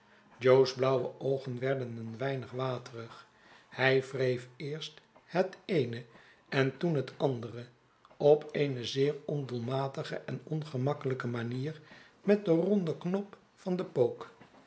jo's blauwe oogen werden een weinig waterig hij wreef eerst het eene en toen het andere op eene zeer ondoelmatige en ongemakkelijke manier met den ronden knop van den pook